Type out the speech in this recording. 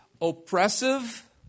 oppressive